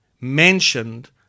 mentioned